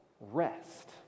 rest